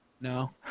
No